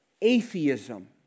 atheism